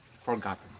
forgotten